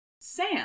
Sam